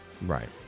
Right